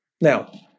now